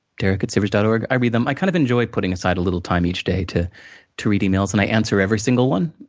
derek at sivers dot o r g, i read them. i kind of enjoy putting aside a little time each day, to to read emails, and i answer every single one.